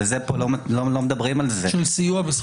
ועל זה לא מדברים -- של סיוע בשכר דירה.